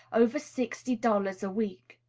over sixty dollars a week.